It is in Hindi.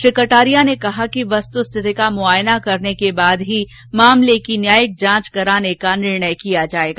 श्री कटारिया ने कहा कि वस्तुस्थिति का मुआयना करने के बाद ही मामले की न्यायिक जांच कराने का निर्णय किया जाएगा